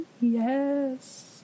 Yes